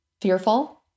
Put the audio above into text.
fearful